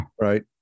Right